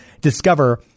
Discover